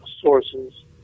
sources